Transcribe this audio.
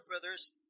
brothers